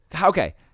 Okay